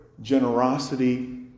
generosity